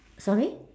sorry